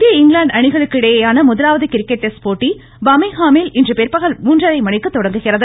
இந்திய இங்கிலாந்து அணிகளுக்கிடையேயான முதலாவது கிரிக்கெட் டெஸ்ட் போட்டி பர்மிங்ஹாமில் இன்று பிற்பகல் மூன்றரை மணிக்கு தொடங்குகிறது